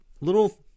little